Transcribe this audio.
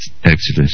Exodus